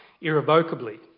irrevocably